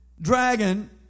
dragon